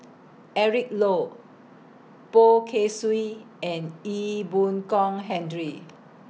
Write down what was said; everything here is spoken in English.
Eric Low Boh Kay Swee and Ee Boon Kong Hendry